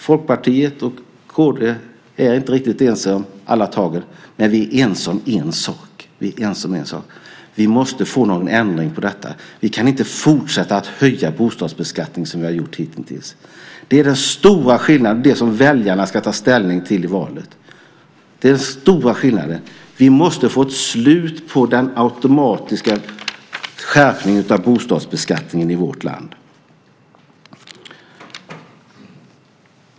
Folkpartiet och kd är inte riktigt ense om alla tagen, men vi är ense om en sak, vi måste få en ändring på detta. Vi kan inte fortsätta att höja bostadsbeskattningen som vi har gjort hitintills. Det är den stora skillnaden som väljarna ska ta ställning till i valet. Vi måste få ett slut på den automatiska skärpningen av bostadsbeskattningen i vårt land.